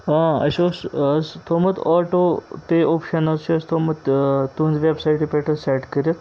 ہاں اَسہِ اوس تھوٚمُت آٹو پے اوپشَن حظ چھِ اَسہِ تھوٚمُت تُہٕنٛزِ وٮ۪بسایٹہِ پٮ۪ٹھ حظ سٮ۪ٹ کٔرِتھ